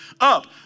Up